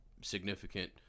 significant –